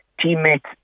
teammates